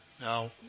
Now